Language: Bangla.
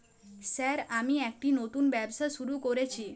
স্যার আমি একটি নতুন ব্যবসা শুরু করেছি?